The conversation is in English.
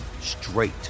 straight